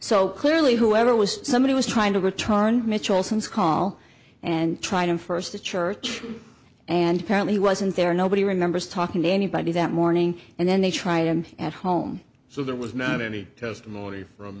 so clearly whoever was somebody was trying to return mitchell's homes call and try to first the church and parent he wasn't there nobody remembers talking to anybody that morning and then they try to at home so there was not any testimony from